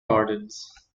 gardens